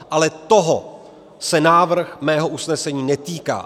Ale toho se návrh mého usnesení netýká.